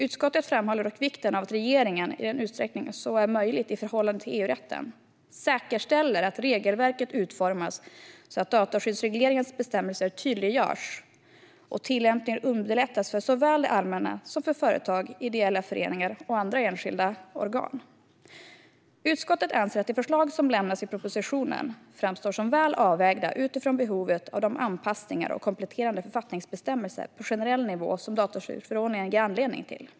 Utskottet framhåller dock vikten av att regeringen, i den utsträckning som är möjlig i förhållande till EU-rätten, säkerställer att regelverket utformas så att dataskyddsregleringens bestämmelser tydliggörs och tillämpningen underlättas såväl för det allmänna som för företag, ideella föreningar och andra enskilda organ. Utskottet anser att de förslag som lämnas i propositionen framstår som väl avvägda utifrån behovet av de anpassningar och kompletterande författningsbestämmelser på generell nivå som dataskyddsförordningen ger anledning till.